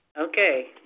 Okay